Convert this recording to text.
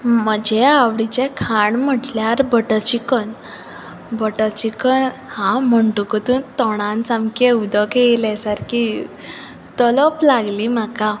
म्हजे आवडीचे खाण म्हटल्यार बटर चिकन बटर चिकन हांव म्हणटकचूत तोंडान सामकें उदक येयलें सारकीं तलप लागली म्हाका